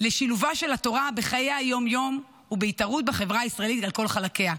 לשילובה של התורה בחיי היום-יום ובהתערות בחברה הישראלית על כל חלקיה.